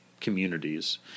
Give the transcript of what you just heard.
communities